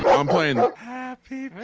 um playing happy.